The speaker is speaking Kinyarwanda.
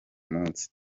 munsi